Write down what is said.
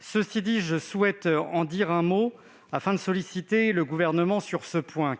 Cela étant, je souhaite en dire un mot et solliciter le Gouvernement sur un point.